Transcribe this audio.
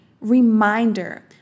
reminder